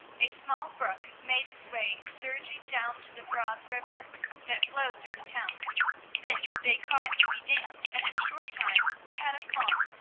a small brook made its way surging down to the broad river that flowed through the town this they caused to be dammed, and in a short time they had a pond,